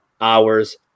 hours